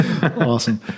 Awesome